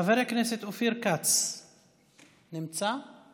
חבר הכנסת אופיר כץ, לא נמצא.